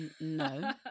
no